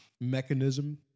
mechanism